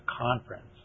conference